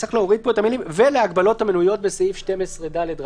וצריך להוריד פה את המילים ו"להגבלות המנויות בסעיף 12ד: